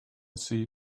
see